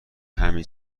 همه